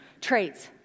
traits